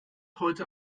heute